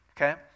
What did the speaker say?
okay